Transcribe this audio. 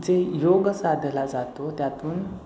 जे योग साधला जातो त्यातून